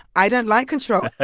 i don't like control. ah